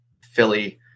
Philly